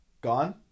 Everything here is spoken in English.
Gone